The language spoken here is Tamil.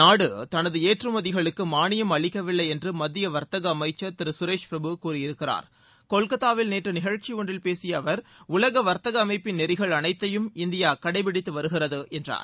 நாடு தனது ஏற்றுமதிகளுக்கு மானியம் அளிக்கவில்லை என்று மத்திய வர்த்தக அமைச்சர் திரு சுரேஷ் பிரபு கூறியிருக்கிறார் கொல்கத்தாவில் நேற்று நிகழ்ச்சி ஒன்றில் பேசிய அவர் உலக வர்த்தக அமைப்பின் நெறிகள் அனைத்தையும் இந்தியா கடைபிடித்து வருகிறது என்றார்